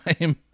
time